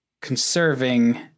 conserving